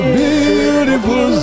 beautiful